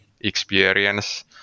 experience